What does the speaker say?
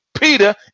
Peter